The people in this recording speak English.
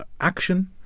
action